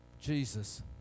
jesus